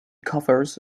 covers